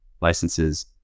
licenses